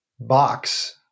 box